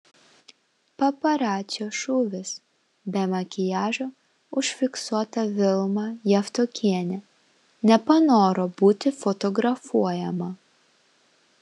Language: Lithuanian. paparacio šūvis be makiažo užfiksuota vilma javtokienė nepanoro būti fotografuojama